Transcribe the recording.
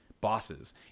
bosses